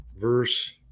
verse